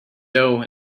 dough